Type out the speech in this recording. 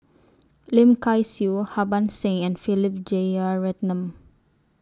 Lim Kay Siu Harbans Singh and Philip Jeyaretnam